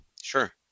Sure